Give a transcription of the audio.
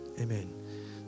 Amen